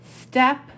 step